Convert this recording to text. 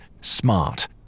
smart